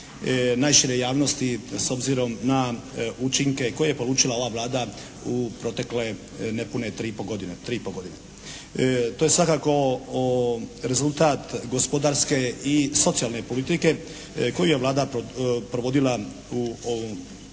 najšire javnosti s obzirom na učinke koje je polučila ova Vlada u protekle nepune tri i pol godine. To je svakako rezultat gospodarske i socijalne politike koji je Vlada provodila u ovom